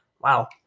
Wow